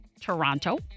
Toronto